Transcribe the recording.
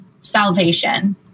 salvation